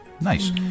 nice